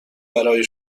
برای